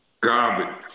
garbage